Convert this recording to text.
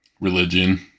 religion